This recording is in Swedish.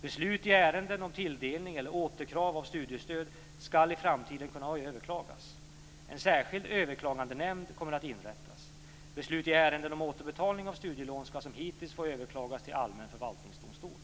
Beslut i ärenden om tilldelning eller återkrav av studiestöd ska i framtiden kunna överklagas. En särskild överklagandenämnd kommer att inrättas. Beslut i ärenden om återbetalning av studielån ska som hittills få överklagas till allmän förvaltningsdomstol.